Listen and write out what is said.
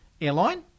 airline